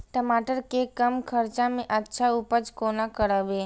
टमाटर के कम खर्चा में अच्छा उपज कोना करबे?